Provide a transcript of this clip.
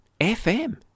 FM